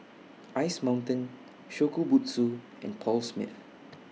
Ice Mountain Shokubutsu and Paul Smith